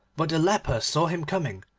but the leper saw him coming,